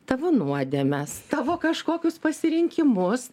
tavo nuodėmes tavo kažkokius pasirinkimus